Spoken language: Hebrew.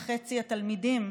ל-2.5 מיליון התלמידים,